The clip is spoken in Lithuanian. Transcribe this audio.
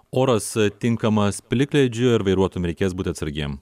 oras tinkamas plikledžiui ar vairuotojam reikės būti atsargiem